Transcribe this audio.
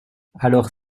alors